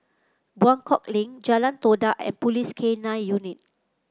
Buangkok Link Jalan Todak and Police K Nine Unit